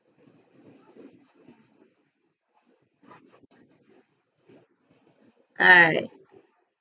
alright